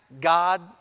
God